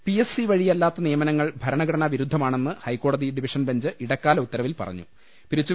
P S C വഴി യല്ലാത്ത നിയമനങ്ങൾ ഭരണഘടനാ വിരുദ്ധമാണെന്ന് ഹൈക്കോടതി ഡിവിഷൻ ബെഞ്ച് ഇടക്കാല ഉത്തരവിൽ പി പറ ഞ്ഞു